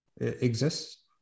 exists